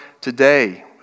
today